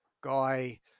guy